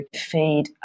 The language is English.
feed